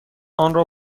آنرا